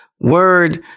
Word